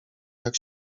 jak